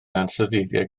ansoddeiriau